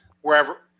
wherever